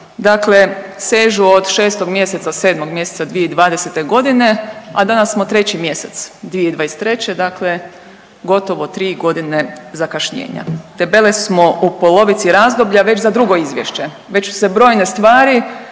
dakle sežu od 6 mjeseca, 7 mjeseca 2020.g., a danas smo 3 mjesec 2023. dakle gotovo 3.g. zakašnjenja, debele smo u polovici razdoblja već za drugo izvješće, već su se brojne stvari